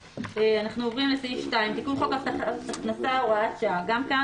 אנחנו עוברים לסעיף 2. "תיקון חוק הבטחת הכנסה הוראת שעה" גם כאן